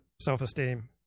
self-esteem